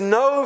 no